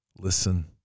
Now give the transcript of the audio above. Listen